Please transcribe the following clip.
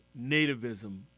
nativism